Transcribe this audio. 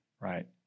right